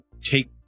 take